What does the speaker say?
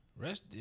Rest